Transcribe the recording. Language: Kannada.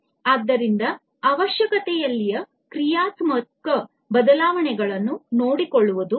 ಆದ್ದರಿಂದ ಅವಶ್ಯಕತೆಗಳಲ್ಲಿನ ಕ್ರಿಯಾತ್ಮಕ ಬದಲಾವಣೆಗಳನ್ನು ನೋಡಿಕೊಳ್ಳುವುದು